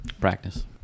Practice